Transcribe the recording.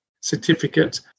certificate